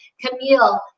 Camille